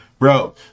Bro